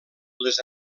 les